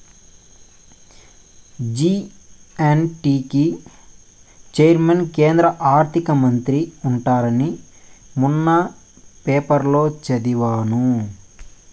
GST కి chairman కేంద్ర ఆర్థిక మంత్రి ఉంటారని మొన్న పేపర్లో చదివాను